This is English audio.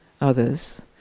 others